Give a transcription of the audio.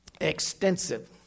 extensive